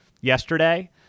yesterday